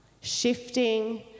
shifting